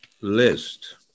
list